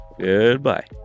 Goodbye